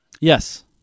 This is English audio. Yes